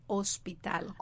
Hospital